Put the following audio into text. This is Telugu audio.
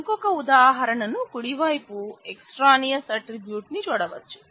ఇంకొక ఉదాహారణ ను కుడి వైపు ఎక్సట్రానియోస్ ఆట్రిబ్యూట్ ని చూడవచ్చు